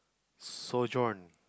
so John